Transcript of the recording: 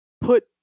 put